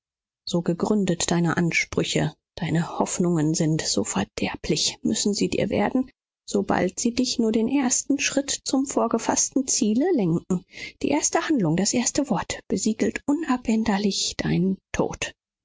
so gegründet deine ansprüche deine hoffnungen sind so verderblich müssen sie dir werden sobald sie dich nur den ersten schritt zum vorgefaßten ziele lenken die erste handlung das erste wort besiegelt unabänderlich deinen tod